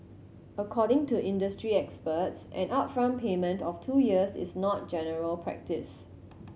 according to industry experts an upfront payment of two years is not general practice